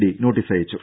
D നോട്ടീസയച്ചു